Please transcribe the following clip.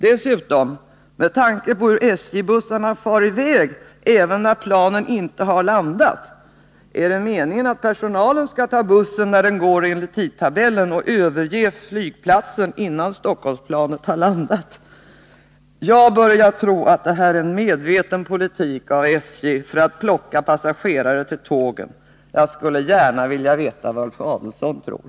Dessutom vill jag, med tanke på hur SJ-bussarna far i väg även när planen inte har landat, fråga: Är det meningen att personalen skall ta bussen när den går enligt tidtabellen och överge flygplatsen innan Stockholmsplanet har landat? Jag börjar tro att det här är en medveten politik av SJ för att plocka passagerare till tågen. Jag skulle gärna vilja veta vad Ulf Adelsohn tror!